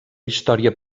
història